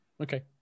Okay